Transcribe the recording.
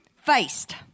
faced